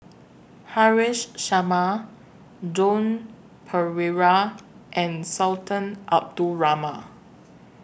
Haresh Sharma Joan Pereira and Sultan Abdul Rahman